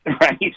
Right